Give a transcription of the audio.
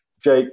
Jake